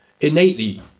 innately